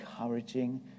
encouraging